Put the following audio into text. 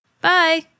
Bye